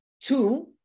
two